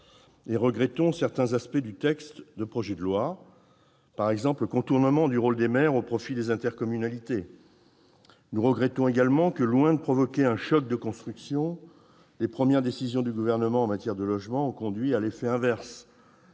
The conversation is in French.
et regrettons certains aspects du projet de loi, par exemple le contournement du rôle des maires au profit des intercommunalités. Nous regrettons également que, loin de provoquer un « choc de construction », les premières décisions du Gouvernement en matière de logement ont conduit à l'effet inverse